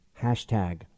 Hashtag